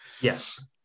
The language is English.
Yes